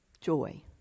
joy